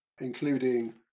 including